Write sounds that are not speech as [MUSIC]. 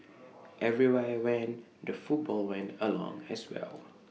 [NOISE] everywhere I went the football went along as well